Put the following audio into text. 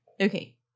Okay